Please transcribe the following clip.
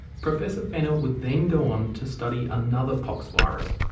professor fenner would then go on to study another pox virus,